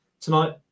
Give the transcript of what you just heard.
tonight